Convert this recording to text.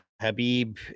Habib